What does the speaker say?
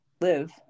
live